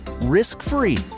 Risk-free